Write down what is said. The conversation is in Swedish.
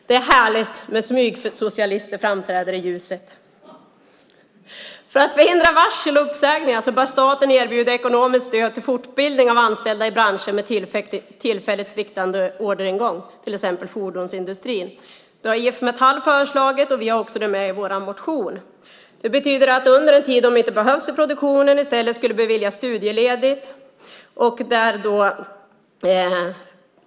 Det är härligt när smygsocialister framträder i ljuset. För att förhindra varsel och uppsägningar bör staten erbjuda ekonomiskt stöd till fortbildning av anställda i branscher med tillfälligt sviktande orderingång, till exempel fordonsindustrin. Det har IF Metall föreslagit, och vi har det också med i vår motion. Det betyder att anställda under den tid som de inte behövs i produktionen i stället skulle beviljas studieledighet.